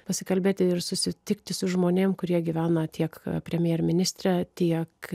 pasikalbėti ir susitikti su žmonėm kurie gyvena tiek premjer ministrė tiek